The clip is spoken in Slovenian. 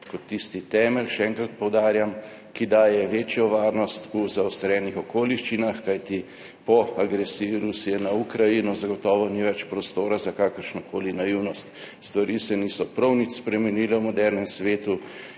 kot tisti temelj, še enkrat poudarjam, ki daje večjo varnost v zaostrenih okoliščinah. Kajti, po agresiji Rusije na Ukrajino zagotovo ni več prostora za kakršnokoli naivnost. Stvari se niso prav nič spremenile v modernem svetu